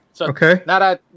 Okay